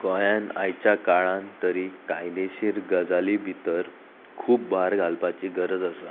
गोंयान आयच्या काळान तरी कायदेशीर गजाली भितर खूब भार घालपाची गरज आसा